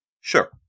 Sure